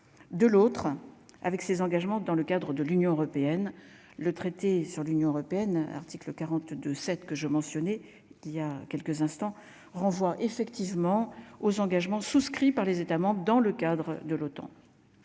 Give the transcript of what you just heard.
de l'autre, avec ses engagements dans le cadre de l'Union européenne, le traité sur l'Union européenne, article 42 7 que je mentionnais il y a quelques instants, renvoie effectivement aux engagements souscrits par les États membres dans le cadre de l'OTAN